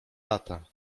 lata